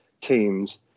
teams